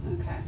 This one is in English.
Okay